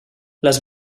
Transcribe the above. les